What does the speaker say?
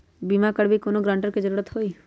बिमा करबी कैउनो गारंटर की जरूरत होई?